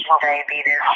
diabetes